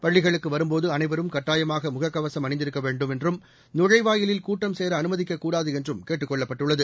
பள்ளிகளுக்கு வரும்போது அனைவரும் கட்டாயமாக முகக்கவசம் அணிந்திருக்க வேண்டும் என்றும் நுழைவாயிலில் கூட்டம் சேர அனுமதிக்கக்கூடாது என்றும் கூட்டுக் கொள்ளப்பட்டுள்ளது